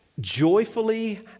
joyfully